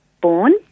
born